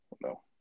No